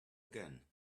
again